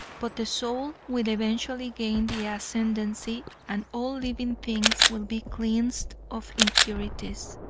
but the soul will eventually gain the ascendancy and all living things will be cleansed of impurities.